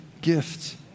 gift